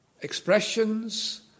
expressions